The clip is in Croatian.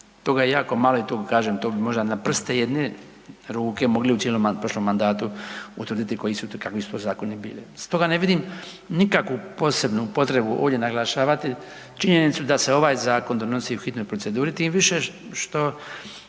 Toga je jako malo i tu kažem to bi možda na prste jedne ruke mogli u cijelom prošlom mandatu utvrditi koji su to, kakvi su to zakoni bili. Stoga ne vidim nikakvu posebnu potrebu ovdje naglašavati činjenicu da se ovaj zakon donosi u hitnoj proceduri. Tim više što